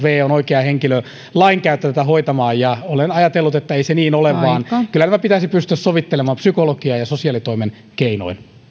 vuotta on oikea henkilö lainkaan tätä hoitamaan ja olen ajatellut että ei se niin ole vaan kyllä nämä pitäisi pystyä sovittelemaan psykologian ja sosiaalitoimen keinoin